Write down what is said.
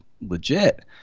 legit